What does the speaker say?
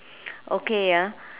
okay ah